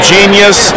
Genius